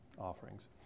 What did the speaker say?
offerings